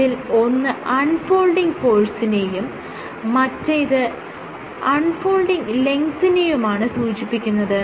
അതിൽ ഒന്ന് unfolding ഫോഴ്സിനെയും മറ്റേത് അൺ ഫോൾഡിങ് ലെങ്തിനെയുമാണ് സൂചിപ്പിക്കുന്നത്